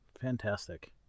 Fantastic